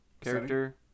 character